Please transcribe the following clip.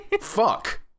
Fuck